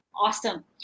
awesome